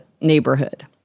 neighborhood